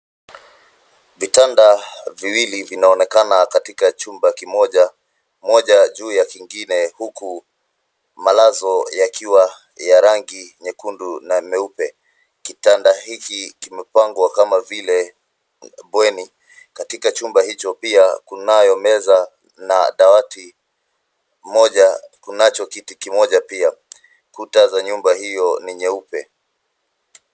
Vitanda viwili vinaonekana katika chumba kimoja, moja juu ya kingine huku malazo yakiwa ya rangi nyekundu na nyeupe. Kitanda hiki kimepangwa kama vile bweni. Katika chumba hicho pia, kunayo meza na dawati moja, kunacho kiti kimoja pia. Kuta za nyumba hiyo ni nyeupe.